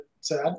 sad